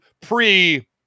pre